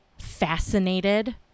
fascinated